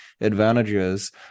advantages